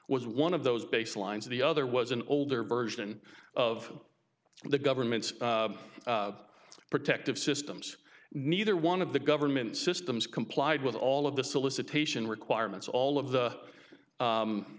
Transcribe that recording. was one of those baselines the other was an older version of the government's protective systems neither one of the government systems complied with all of the solicitation requirements all of